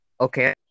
Okay